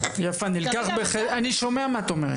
יפה, אני שומע מה שאת אומרת.